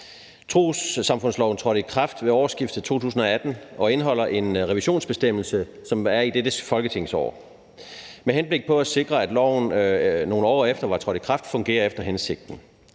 Trossamfundsloven trådte i kraft ved årsskiftet 2018 og indeholder en revisionsbestemmelse om en revision, som skulle være i dette folketingsår, med henblik på at sikre, at loven, nogle år efter at den var trådt i kraft, fungerer efter hensigten.